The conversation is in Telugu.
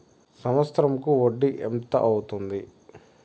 సంవత్సరం కు వడ్డీ ఎంత అవుతుంది?